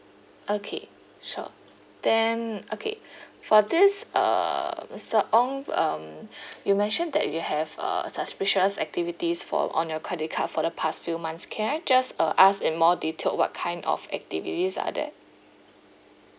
okay sure then okay for this uh mister ong um you mentioned that you have uh suspicious activities for on your credit card for the past few months can I just uh ask in more detailed what kind of activities are there